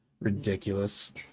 ridiculous